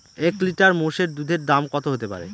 এক লিটার মোষের দুধের দাম কত হতেপারে?